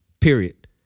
Period